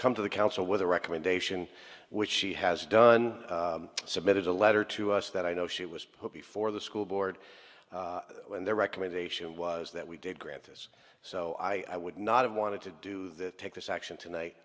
come to the council with a recommendation which she has done submitted a letter to us that i know she was put before the school board and their recommendation was that we did grant this so i would not have wanted to do that take this action tonight